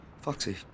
Foxy